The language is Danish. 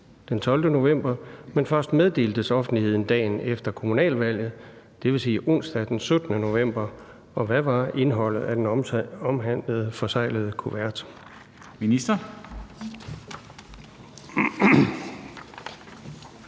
den 12. november, men først meddeles offentligheden dagen efter kommunalvalget, dvs. onsdag den 17. november, og hvad var indholdet af den omtalte forseglede kuvert?